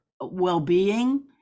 well-being